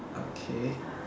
okay